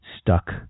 stuck